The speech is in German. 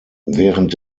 während